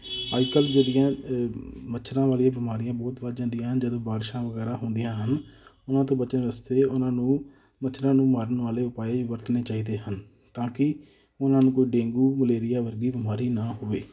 ਅੱਜ ਕੱਲ੍ਹ ਮੱਛਰਾਂ ਵਾਲੀਆਂ ਬਿਮਾਰੀਆਂ ਬਹੁਤ ਵੱਧ ਜਾਂਦੀਆਂ ਹਨ ਜਦੋਂ ਬਾਰਿਸ਼ਾਂ ਵਗੈਰਾ ਹੁੰਦੀਆਂ ਹਨ ਉਹਨਾਂ ਤੋਂ ਬਚਣ ਵਾਸਤੇ ਉਹਨਾਂ ਨੂੰ ਮੱਛਰਾਂ ਨੂੰ ਮਾਰਨ ਵਾਲੇ ਉਪਾਅ ਵਰਤਣੇ ਚਾਹੀਦੇ ਹਨ ਤਾਂ ਕਿ ਉਹਨਾਂ ਨੂੰ ਕੋਈ ਡੇਂਗੂ ਮਲੇਰੀਆ ਵਰਗੀ ਬਿਮਾਰੀ ਨਾ ਹੋਵੇ